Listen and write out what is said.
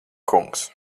kungs